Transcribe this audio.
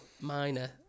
minor